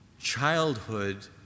childhood